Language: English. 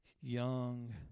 young